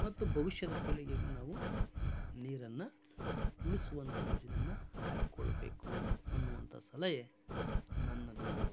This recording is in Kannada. ಮತ್ತು ಭವಿಷ್ಯದ ಪೀಳಿಗೆಗೆ ನಾವು ನೀರನ್ನು ಉಳಿಸುವಂಥ ಯೋಜನೆಯನ್ನು ಆಯ್ಕೊಳ್ಬೇಕು ಅನ್ನುವಂಥ ಸಲಹೆ ನನ್ನದು